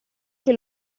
che